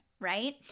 right